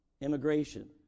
immigration